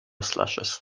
slashes